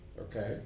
okay